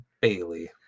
bailey